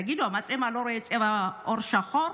תגידו, המצלמה לא רואה צבע עור שחור?